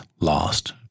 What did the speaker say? lost